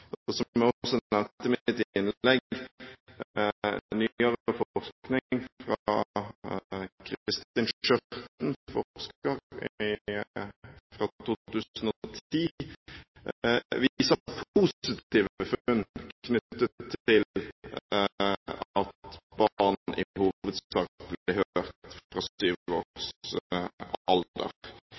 som jeg også nevnte i mitt innlegg: Nyere forskning, fra 2010 ved forsker Kristin Skjørten, viser positive funn knyttet til at barn i hovedsak blir hørt fra syv års alder,